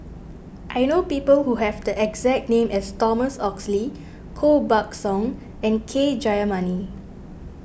I know people who have the exact name as Thomas Oxley Koh Buck Song and K Jayamani